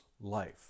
life